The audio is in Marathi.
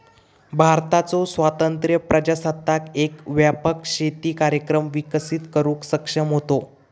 भारताचो स्वतंत्र प्रजासत्ताक एक व्यापक शेती कार्यक्रम विकसित करुक सक्षम होतो